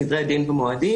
סדרי דין ומועדים,